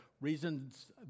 reasons